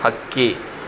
ಹಕ್ಕಿ